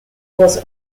was